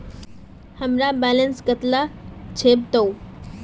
हमार बैलेंस कतला छेबताउ?